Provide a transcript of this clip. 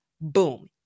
Boom